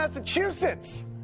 Massachusetts